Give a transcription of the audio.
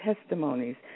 testimonies